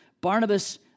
Barnabas